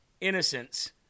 innocence